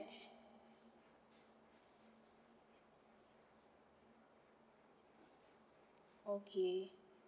okay